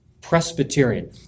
Presbyterian